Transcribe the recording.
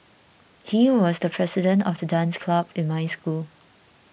he was the president of the dance club in my school